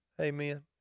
Amen